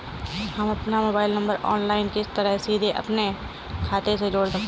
हम अपना mobile number online किस तरह सीधे अपने खाते में जोड़ सकते हैं?